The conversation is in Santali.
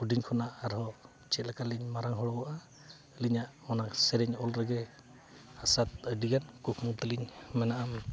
ᱦᱩᱰᱤᱧ ᱠᱷᱚᱱᱟᱜ ᱟᱨᱦᱚᱸ ᱪᱮᱫ ᱞᱮᱠᱟ ᱞᱤᱧ ᱢᱟᱨᱟᱝ ᱦᱚᱲᱚᱜᱼᱟ ᱟᱹᱞᱤᱧᱟᱜ ᱚᱱᱟ ᱥᱮᱨᱮᱧ ᱚᱞ ᱨᱮᱜᱮ ᱟᱥᱟ ᱟᱹᱰᱤ ᱜᱟᱱ ᱠᱩᱠᱢᱩ ᱛᱟᱹᱞᱤᱧ ᱢᱮᱱᱟᱜᱼᱟ